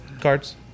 cards